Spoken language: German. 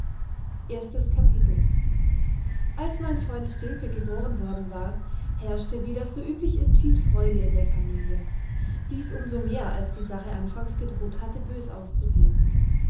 als mein freund stilpe geboren worden war herrschte wie das so üblich ist viel freude in der familie dies umsomehr als die sache anfangs gedroht hatte bös auszugehn